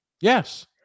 Yes